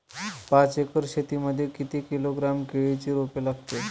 पाच एकर शेती मध्ये किती किलोग्रॅम केळीची रोपे लागतील?